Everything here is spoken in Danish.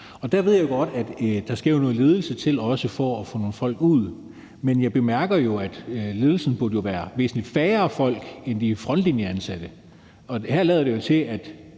op. Der ved jeg godt, at der også skal noget ledelse til for at få nogle folk ud. Men jeg bemærker, at ledelsen jo burde være væsentlig færre folk end de frontlinjeansatte. Her lader det til, at